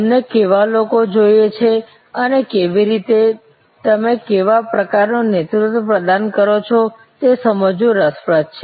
તમને કેવા લોકો જોઈએ છે અને કેવી રીતે તમે કેવા પ્રકારનું નેતૃત્વ પ્રદાન કરો છો તે સમજવું રસપ્રદ છે